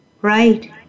Right